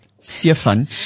Stefan